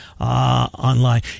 online